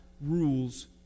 rules